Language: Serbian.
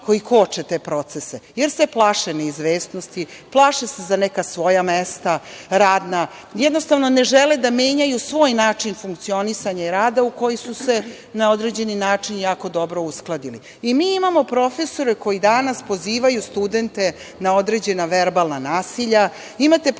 koji koče te procese, jer se plaše neizvesnosti, plaše se za neka svoja mesta radna, jednostavno ne žele da menjaju svoj način funkcionisanja i rada u koji su se na određeni način jako dobro uskladili i mi imamo profesore koji danas pozivaju studente na određena verbalna nasilja, imate profesore